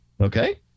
Okay